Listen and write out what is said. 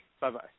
Bye-bye